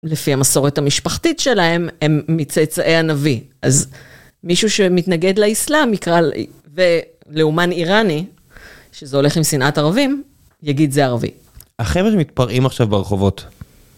לפי המסורת המשפחתית שלהם, הם מצאצאי הנביא. אז מישהו שמתנגד לאיסלאם, נקרא לאומן איראני, שזה הולך עם שנאת ערבים, יגיד זה ערבי. -החבר'ה מתפרעים עכשיו ברחובות.